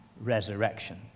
resurrection